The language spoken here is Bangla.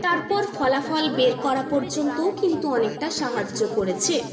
তারপর ফলাফল বের করা পর্যন্তও কিন্তু অনেকটা সাহায্য করেছে